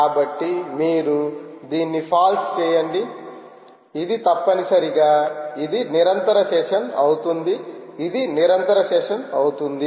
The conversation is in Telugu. కాబట్టి మీరు దీన్ని ఫాల్స్ చేయండి ఇది తప్పనిసరిగా ఇది నిరంతర సెషన్ అవుతుంది ఇది నిరంతర సెషన్ అవుతుంది